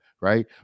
right